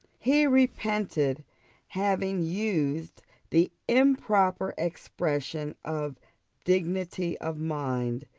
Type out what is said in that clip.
he repented having used the improper expression of dignity of mind,